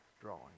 drawing